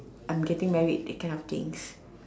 I am getting married that kind of things